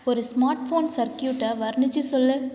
ஒரு smart phone சர்க்யூட்டை வர்ணிச்சு சொல்